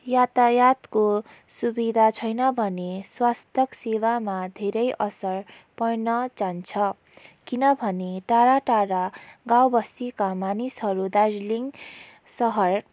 यातायातको सुविधा छैन भने स्वास्थ्य सेवामा धेरै असर पर्न जान्छ किनभने टाडाटाडा गाउँ बस्तीका मानिसहरू दार्जिलिङ शहर